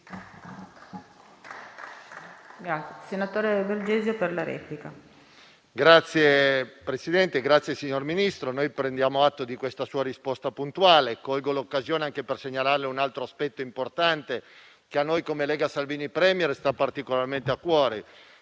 *(L-SP-PSd'Az)*. Signor Ministro, prendiamo atto di questa sua risposta puntuale. Colgo l'occasione anche per segnalarle un altro aspetto importante, che alla Lega-Salvini Premier sta particolarmente a cuore.